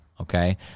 Okay